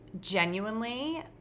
genuinely